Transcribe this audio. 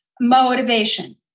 motivation